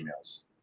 emails